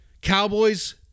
Cowboys